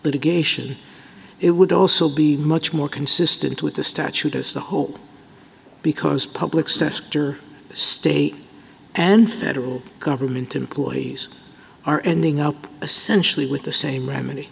litigation it would also be much more consistent with the statute as the whole because public sector state and federal government employees are ending up essentially with the same